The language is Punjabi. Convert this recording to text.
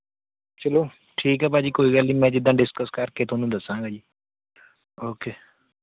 ਚਲੋ ਠੀਕ ਹੈ ਭਾਜੀ ਕੋਈ ਗੱਲ ਨਹੀਂ ਮੈਂ ਜਿੱਦਾਂ ਡਿਸਕਸ ਕਰਕੇ ਤੁਹਾਨੂੰ ਦੱਸਾਂਗਾ ਜੀ ਉਕੇ